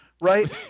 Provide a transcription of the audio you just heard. Right